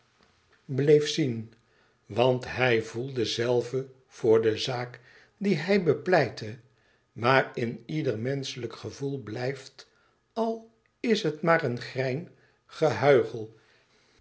bleef zien want hij velde zelve voor de zaak die hij bepleitte maar in ieder menschelijk gevoel blijft al is het maar een grein